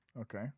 Okay